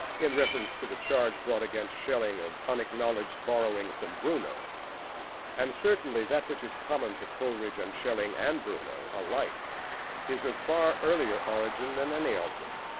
in reference to the charge brought against schelling of unacknowledged borrowing from bruno and certainly that which is common to coleridge and schelling and bruno alike is of far earlier origin than any of them.